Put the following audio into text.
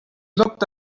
looked